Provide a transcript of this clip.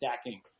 stacking